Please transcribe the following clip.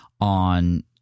on